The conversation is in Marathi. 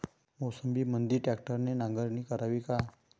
मोसंबीमंदी ट्रॅक्टरने नांगरणी करावी का?